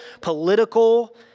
political